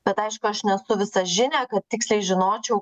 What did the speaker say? bet aišku aš nesu visažinė kad tiksliai žinočiau